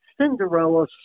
Cinderella